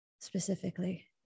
specifically